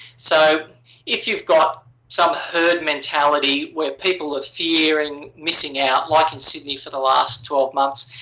so if you've got some heard mentality where people are fearing missing out. like in sydney for the last twelve months.